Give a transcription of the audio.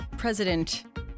President